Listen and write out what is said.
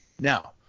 Now